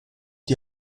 die